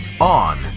on